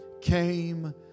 came